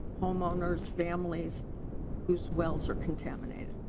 homeowners families whose wells are contaminated.